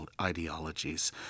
ideologies